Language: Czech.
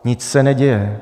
Nic se neděje.